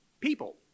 people